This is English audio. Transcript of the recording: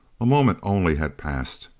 a moment only had passed.